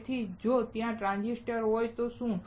તેથી જો ત્યાં ટ્રાંઝિસ્ટર હોય તો શું